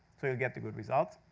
so you'll get the good results.